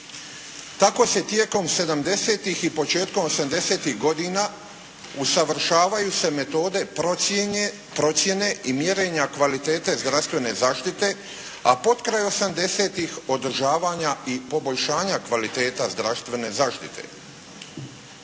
Tako se tijekom 70.-ih i početkom 80.-ih godina usavršavaju se metode procjene i mjerenja kvalitete zdravstvene zaštite, a potkraj 80.-ih održavanja i poboljšanja kvaliteta zdravstvene zaštite.